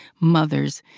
mothers,